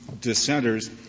dissenters